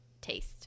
taste